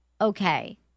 Okay